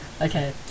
Okay